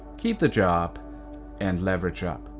keep the job and leverage up.